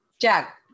Jack